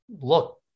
look